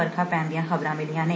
ਵਰਖਾ ਪੈਣ ਦੀਆਂ ਖ਼ਬਰਾਂ ਮਿਲੀਆਂ ਨੇ